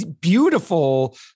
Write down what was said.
beautiful